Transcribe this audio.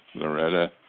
Loretta